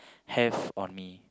have on me